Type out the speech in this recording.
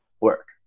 work